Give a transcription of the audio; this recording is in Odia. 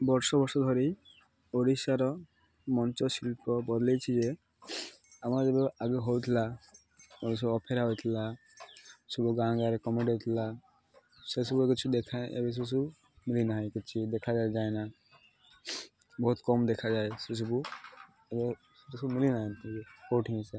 ବର୍ଷ ବର୍ଷ ଧରି ଓଡ଼ିଶାର ମଞ୍ଚଶିଳ୍ପ ବୋଲେଇଛି ଯେ ଆମର ଯେବେ ଆଗେ ହଉଥିଲା ସବୁ ଅପେରା ହୋଇଥିଲା ସବୁ ଗାଁ ଗାଁରେ କମେଡ଼ି ହେଉଥିଲା ସେସବୁ କିଛି ଦେଖା ଏବେ ସେ ସବୁ ମିଳୁନାହିଁ କିଛି ଦେଖା ଯାଏନା ବହୁତ କମ୍ ଦେଖାଯାଏ ସେସବୁ ସେସବୁ ମିଳିନାହାନ୍ତି କେଉଁଠି